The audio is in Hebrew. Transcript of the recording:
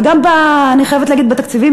ואני חייבת להגיד שגם בתקציבים,